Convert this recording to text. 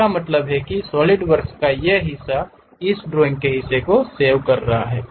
इसका मतलब है कि यह सॉलिडवर्क्स का हिस्सा है या यह ड्राइंग का हिस्सा है